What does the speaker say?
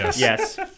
Yes